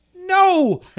No